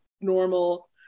normal